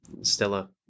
Stella